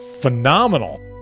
phenomenal